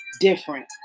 different